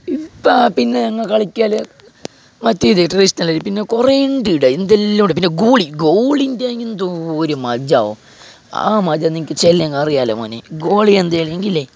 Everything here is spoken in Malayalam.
പിന്നെ ഞങ്ങള് കളിക്കല് പിന്നെ മറ്റേത് പിന്നെ കുറെ ഉണ്ട് വിടെ എന്തെല്ലാം ഉണ്ട് പിന്നെ ഗോളി ഗോളിൻ്റെ എന്തൊരു മജ്ജ ആ മജ നിങ്ങൾക്ക് ചൊല്ലിയെങ്കിൽ അറിയില്ല മോനെ ഗോളി എന്തെങ്കിൽ ഇല്ലേ